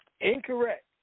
Incorrect